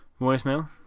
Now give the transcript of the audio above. voicemail